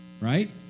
Right